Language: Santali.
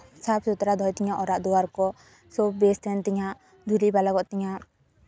ᱥᱟᱯᱷ ᱥᱩᱛᱨᱚ ᱫᱚᱦᱚᱭ ᱛᱤᱧᱟᱹ ᱚᱲᱟᱜ ᱫᱩᱣᱟᱹᱨ ᱠᱚ ᱛᱚ ᱵᱮᱥ ᱛᱟᱦᱮᱱ ᱛᱤᱧᱟᱹ ᱦᱟᱸᱜ ᱫᱷᱩᱲᱤ ᱵᱟᱝ ᱞᱟᱜᱟᱜ ᱛᱤᱧᱟᱹ ᱦᱟᱸᱜ